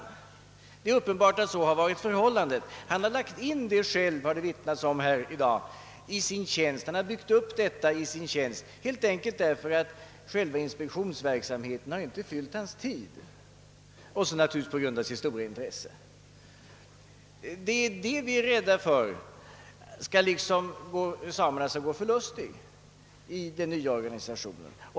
Det är uppenbart att så varit förhållandet. Han har själv lagt in denna uppgift i sin tjänst — det har omvittnats i dag — och byggt upp verksamheten helt enkelt därför att inspektörstjänsten inte har fyllt hans tid — och naturligtvis på grund av hans stora intresse. Vi är rädda för att samerna skall förlora detta i den nya organisationen.